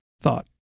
thought